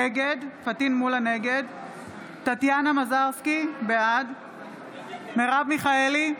נגד טטיאנה מזרסקי, בעד מרב מיכאלי,